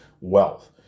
wealth